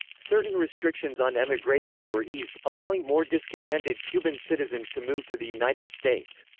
certain restrictions on emigration were eased, allowing more discontented cuban citizens to move to the united states.